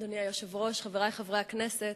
אדוני היושב-ראש, חברי חברי הכנסת,